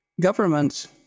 governments